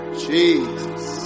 jesus